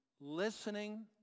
listening